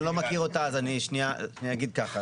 אני לא מכיר אותה אז אני אגיד ככה,